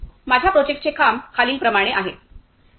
माझ्या प्रोजेक्टचे काम खालीलप्रमाणे आहे